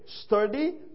Study